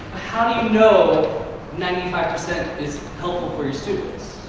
how do you know ninety five percent is helpful for your students?